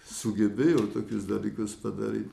sugebėjo tokius dalykus padaryti